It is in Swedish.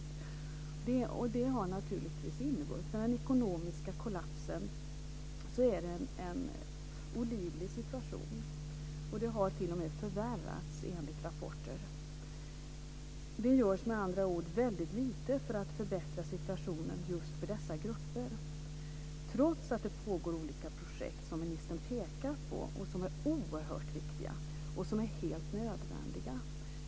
Den ekonomiska kollapsen har naturligtvis inneburit att det är en olidlig situation. Det har t.o.m. förvärrats, enligt rapporter. Det görs med andra ord väldigt lite för att förbättra situationen just för dessa grupper trots att det pågår olika projekt, som ministern pekar på, som är oerhört viktiga och helt nödvändiga.